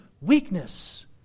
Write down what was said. weakness